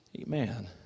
Amen